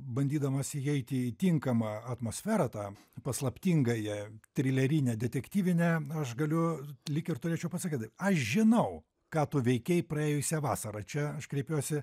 bandydamas įeiti į tinkamą atmosferą tą paslaptingąją trilerinę detektyvinę aš galiu lyg ir turėčiau pasakyti aš žinau ką tu veikei praėjusią vasarą čia aš kreipiuosi